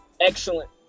excellent